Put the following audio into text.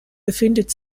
befindet